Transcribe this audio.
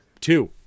Two